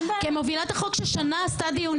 כמובילת החוק ששנה עשתה דיונים,